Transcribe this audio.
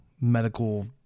medical